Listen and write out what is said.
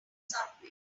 subway